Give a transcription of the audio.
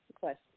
question